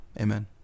Amen